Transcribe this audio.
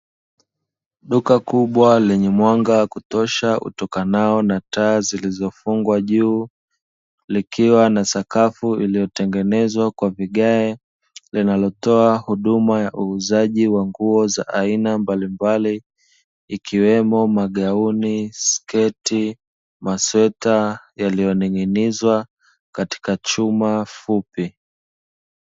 Duka kubwa lenye mwanga wa kutosha utokanao na taa zilizofungwa juu, likiwa na sakafu iliyotengenezwa kwa vigae, linalotoa huduma ya uuzaji wa nguo za aina mbalimbali, ikiwemo: magauni, sketi, masweta; yaliyoning'inizwa katika chuma fupi.